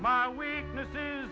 my weaknesses